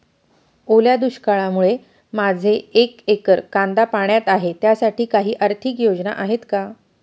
ओल्या दुष्काळामुळे माझे एक एकर कांदा पाण्यात आहे त्यासाठी काही आर्थिक योजना आहेत का?